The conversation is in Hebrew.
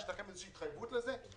יש לכם איזו התחייבות לזה?